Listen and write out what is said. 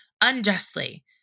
unjustly